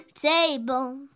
Table